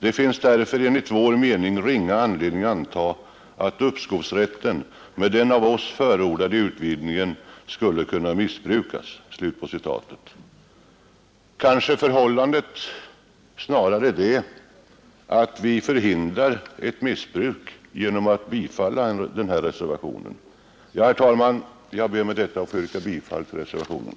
Det finns därför enligt vår mening ringa anledning anta att uppskovsrätten med den av oss förordade utvidgningen skulle kunna missbrukas.” Kanske förhållandet snarare är det att vi förhindrar ett missbruk genom att bifalla reservationen. Herr talman! Jag ber med detta att få yrka bifall till reservationen.